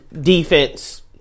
defense